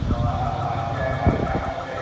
ও বাড়িতে বাড়িতে আসতে হবে